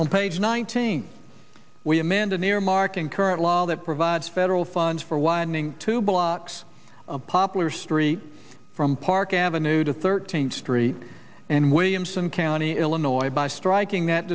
on page nineteen we amend an earmark in current law that provides federal funds for widening two blocks of popular street from park avenue to thirteenth street and williamson county illinois by striking that